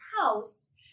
house